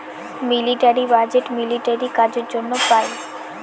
military budget military কাজের জন্য পাই